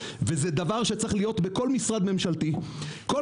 וזה דבר שצריך להיות בכל משרד ממשלתי; כל